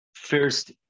first